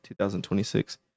2026